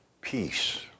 Peace